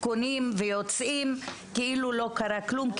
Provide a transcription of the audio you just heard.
קונים ויוצאים כאילו לא קרה כלום,